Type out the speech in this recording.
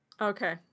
Okay